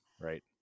right